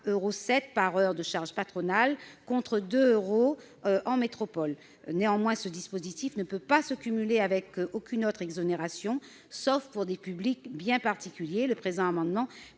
euros par heure de charges patronales, contre 2 euros en métropole. Néanmoins, cette mesure ne peut être cumulée avec aucune autre exonération, sauf pour certains publics spécifiques. Le présent amendement